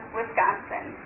Wisconsin